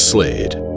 Slade